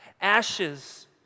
ashes